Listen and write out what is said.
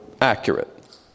accurate